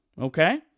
Okay